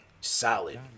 Solid